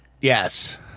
Yes